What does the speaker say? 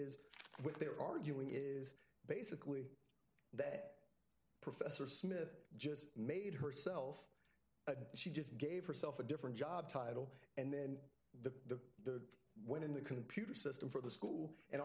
is what they're arguing is basically that professor smith just made herself she just gave herself a different job title and then the went in the computer system for the school and